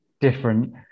different